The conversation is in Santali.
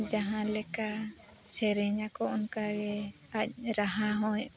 ᱡᱟᱦᱟᱸ ᱞᱮᱠᱟ ᱥᱮᱨᱮᱧᱟᱠᱚ ᱚᱱᱠᱟᱜᱮ ᱟᱡ ᱨᱟᱦᱟ ᱦᱚᱭ